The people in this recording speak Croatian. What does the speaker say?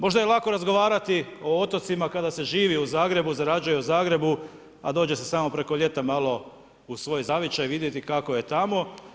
Možda je lako razgovarati o otocima kada se živi u Zagrebu, zarađuje u Zagrebu, a dođe se samo preko ljeta malo u svoj zavičaj vidjeti kako je tamo.